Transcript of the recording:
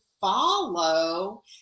follow